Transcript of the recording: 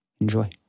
Enjoy